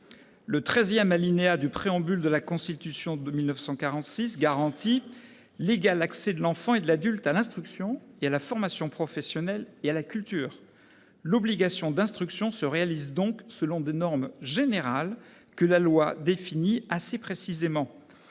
treizième alinéa du Préambule de la Constitution de 1946 garantit « l'égal accès de l'enfant et de l'adulte à l'instruction, à la formation professionnelle et à la culture ». L'obligation d'instruction se réalise donc selon des normes générales que la loi définit assez précisément.